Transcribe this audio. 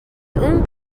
اون